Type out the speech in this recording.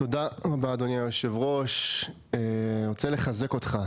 תודה רבה אדוני יושב הראש אני רוצה לחזק אותך,